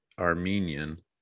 armenian